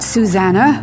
Susanna